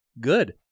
good